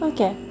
Okay